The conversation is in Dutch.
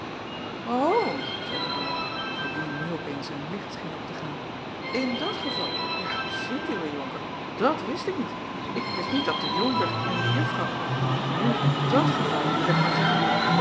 zeî erdrongen voor wien nu op eens een licht scheen op te gaan in dat geval ja ziet uwee onker dat wist ik niet ik wist niet dat de onker en de uffrouw nu in dat geval wil ik maar zeggen